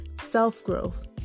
self-growth